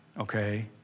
okay